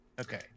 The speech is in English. Okay